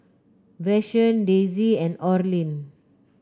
Vashon Daisey and Orlin